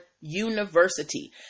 university